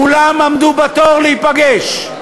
כולם עמדו בתור להיפגש,